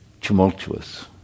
tumultuous